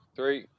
Three